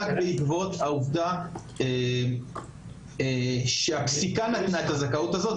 בעקבות העובדה שהפסיקה נתנה את הזכאות הזאת.